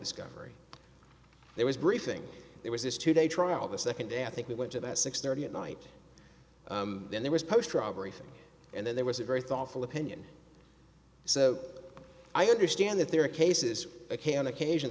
discovery there was briefing there was this two day trial the second day i think we went about six thirty at night then there was post robbery thing and then there was a very thoughtful opinion so i understand that there are cases ok on occasion